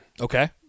okay